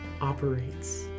operates